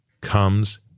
comes